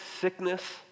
sickness